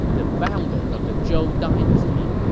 the founder of the zhou dynasty.